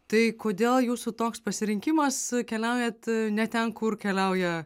tai kodėl jūsų toks pasirinkimas keliaujat ne ten kur keliauja